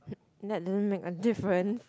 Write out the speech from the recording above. not doesn't make a difference